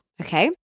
Okay